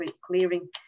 clearing